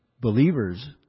believers